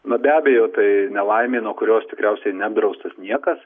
na be abejo tai nelaimė nuo kurios tikriausiai neapdraustas niekas